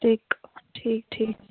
ٹھیٖک ٹھیٖک ٹھیٖک